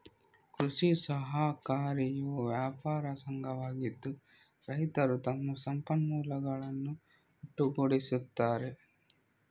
ಕೃಷಿ ಸಹಕಾರಿಯು ವ್ಯಾಪಾರ ಸಂಘವಾಗಿದ್ದು, ರೈತರು ತಮ್ಮ ಸಂಪನ್ಮೂಲಗಳನ್ನು ಒಟ್ಟುಗೂಡಿಸುತ್ತಾರೆ